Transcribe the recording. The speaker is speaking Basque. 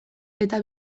eta